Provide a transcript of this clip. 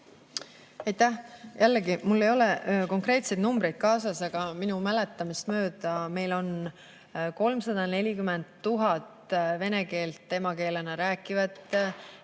Aitäh! Jällegi, mul ei ole konkreetseid numbreid kaasas, aga minu mäletamist mööda on 340 000 vene keelt emakeelena rääkivat